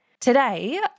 today